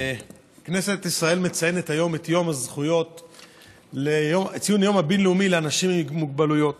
כנסת ישראל מציינת את היום הבין-לאומי לאנשים עם מוגבלויות.